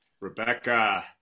Rebecca